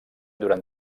durant